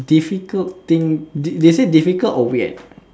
difficult thing they say difficult or weird